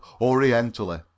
orientally